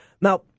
now –